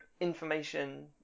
Information